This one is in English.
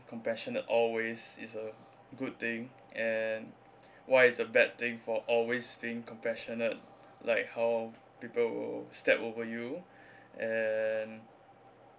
compassionate always is a good thing and why is a bad thing for always being compassionate like how people will step over you and